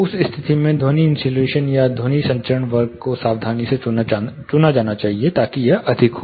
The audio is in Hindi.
उस स्थिति में ध्वनि इन्सुलेशन या ध्वनि संचरण वर्ग को सावधानी से चुना जाना चाहिए ताकि यह अधिक हो